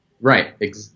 Right